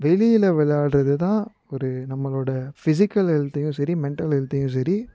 வெளியில் விளையாடுறது தான் ஒரு நம்மளோட ஃபிஸிக்கல் ஹெல்த்தையும் சரி மெண்டல் ஹெல்த்தையும் சரி